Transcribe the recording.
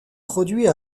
produit